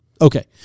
Okay